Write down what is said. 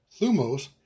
thumos